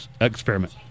experiment